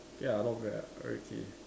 ya not bad ah okay